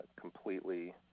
completely